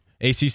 acc